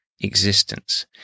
existence